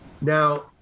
Now